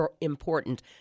important